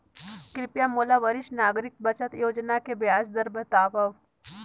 कृपया मोला वरिष्ठ नागरिक बचत योजना के ब्याज दर बतावव